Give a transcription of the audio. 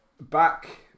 back